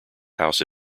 house